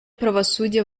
правосудия